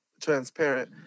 transparent